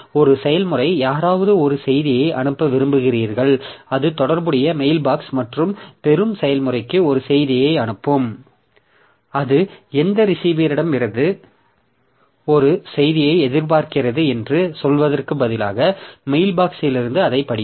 ஒரு செயல்முறைக்கு யாராவது ஒரு செய்தியை அனுப்ப விரும்புகிறார்கள் அது தொடர்புடைய மெயில்பாக்ஸ் மற்றும் பெறும் செயல்முறைக்கு ஒரு செய்தியை அனுப்பும் அது எந்த ரிசீவரிடமிருந்து ஒரு செய்தியை எதிர்பார்க்கிறது என்று சொல்வதற்கு பதிலாக மெயில்பாக்ஸ்யிலிருந்து அதைப் படிக்கும்